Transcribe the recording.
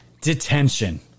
detention